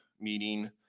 meeting